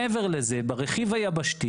מעבר לזה, ברכיב היבשתי